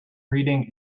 reading